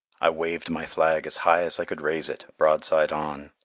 i waved my flag as high as i could raise it, broadside on.